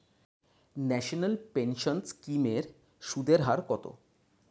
National pension scheme এর সুদের হার কত?